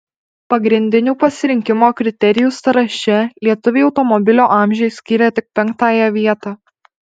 pagrindinių pasirinkimo kriterijų sąraše lietuviai automobilio amžiui skyrė tik penktąją vietą